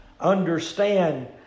Understand